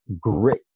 great